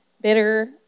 bitter